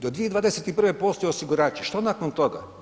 Do 2021. postoje osigurači, što nakon toga.